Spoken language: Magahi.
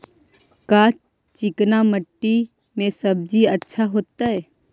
का चिकना मट्टी में सब्जी अच्छा होतै?